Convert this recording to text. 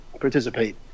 participate